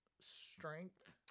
strength